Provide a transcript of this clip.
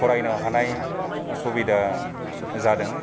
फरायनो हानाय सुबिदा जादों